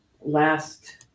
last